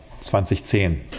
2010